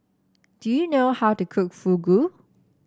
do you know how to cook Fugu